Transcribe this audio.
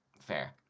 Fair